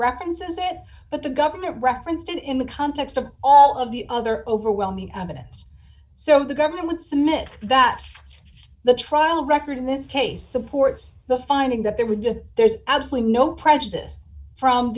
references it but the government referenced in the context of all of the other overwhelming evidence so the government would submit that the trial record in this case supports the finding that there would be there is absolutely no prejudice from